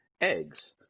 eggs